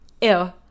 Ew